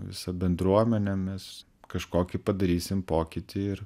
visa bendruomenėmis kažkokį padarysim pokytį ir